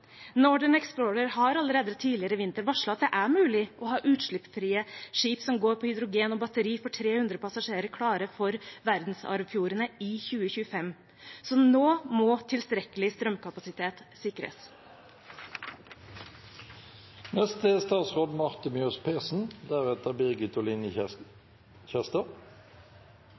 har allerede tidligere i vinter varslet at det er mulig å ha utslippsfrie skip som går på hydrogen og batteri, for 300 passasjerer, klare for verdensarvfjordene i 2025. Nå må tilstrekkelig strømkapasitet sikres.